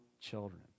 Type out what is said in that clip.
children